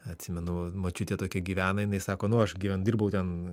atsimenu močiutė tokia gyvena jinai sako nu aš gyven dirbau ten